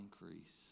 increase